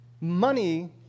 Money